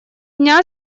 дня